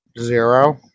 Zero